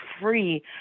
free